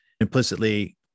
implicitly